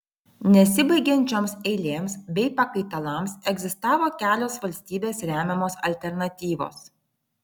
nesibaigiančioms eilėms bei pakaitalams egzistavo kelios valstybės remiamos alternatyvos